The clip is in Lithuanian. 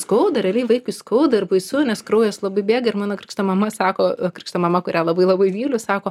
skauda realiai vaikui skauda ir baisu nes kraujas labai bėga ir mano krikšto mama sako krikšto mama kurią labai labai myliu sako